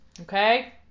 okay